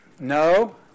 No